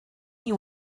you